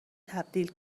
تبدیل